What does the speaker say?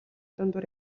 дундуур